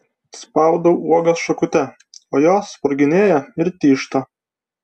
spaudau uogas šakute o jos sproginėja ir tyžta